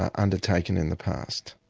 undertaken in the past.